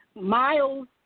Miles